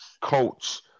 coach